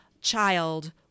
child